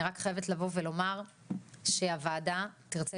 אני חייבת לבוא ולומר שהוועדה תרצה